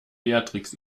beatrix